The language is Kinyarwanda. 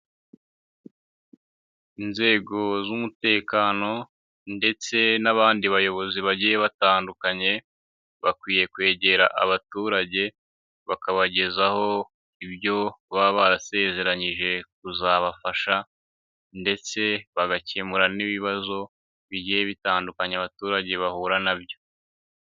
Inzego z'umutekano ndetse n'abandi bayobozi bagiye batandukanye, bakwiye kwegera abaturage, bakabagezaho ibyo baba barasezeranyije kuzabafasha ndetse bagakemura n'ibibazo bigiye bitandukanye abaturage bahura na byo.